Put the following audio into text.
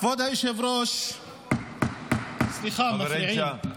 כבוד היושב-ראש, סליחה, מפריעים.